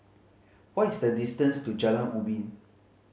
what is the distance to Jalan Ubin